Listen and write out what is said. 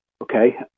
okay